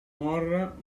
morra